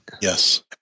yes